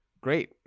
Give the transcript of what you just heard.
great